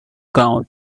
count